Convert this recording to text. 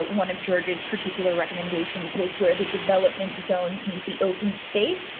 ah one of george's particular recommendations was where, the development zones meet the open space,